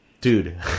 Dude